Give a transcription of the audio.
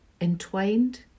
entwined